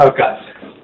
Okay